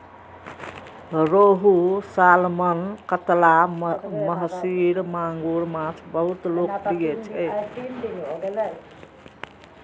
रोहू, सालमन, कतला, महसीर, मांगुर माछ बहुत लोकप्रिय छै